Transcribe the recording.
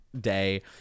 day